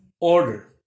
order